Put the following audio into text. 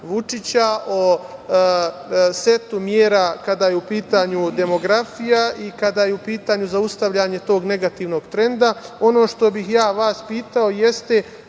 Vučića o setu mera kada je u pitanju demografija i kada je u pitanju zaustavljanje tog negativnog trenda. Ono što bih ja vas pitao jeste